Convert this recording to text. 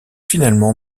finalement